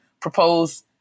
propose